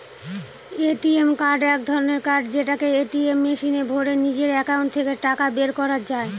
ATM card এক ধরনের card যেটাকে এটিএম মেশিনে ভোরে নিজের একাউন্ট থেকে টাকা বের করা যায়